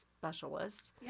specialist